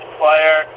player